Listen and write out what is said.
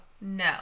No